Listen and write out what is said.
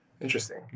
Interesting